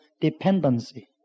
dependency